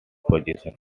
positions